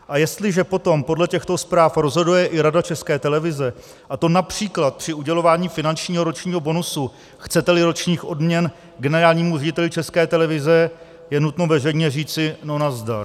A jestliže potom podle těchto zpráv rozhoduje i Rada České televize, a to například při udělování finančního ročního bonusu, chceteli ročních odměn generálnímu řediteli České televize, je nutno veřejně říci no nazdar.